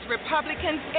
Republicans